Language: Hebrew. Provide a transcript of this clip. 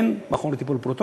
אין מכון לטיפול בפרוטונים,